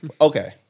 Okay